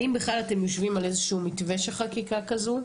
האם בכלל אתם יושבים על איזשהו מתווה של חקיקה כזו?